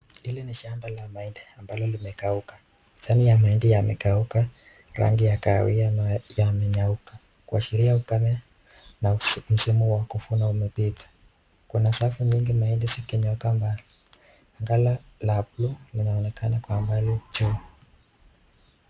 Hili ni shamba la mahindi ambalo limekauka, jani ya mahindi yamegeuka rangi ya kahawia na yamenyauka, kuashiria ukame na msimu wa kuvuna umefika. Kuna safu nyingi mahindi zikinyauka mbali na anga la bluu linaonekana kwa mbali juu.